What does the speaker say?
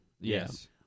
yes